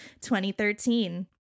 2013